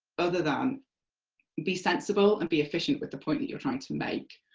other than be sensible and be efficient with the point that you're trying to make.